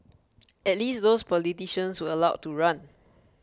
at least those politicians were allowed to run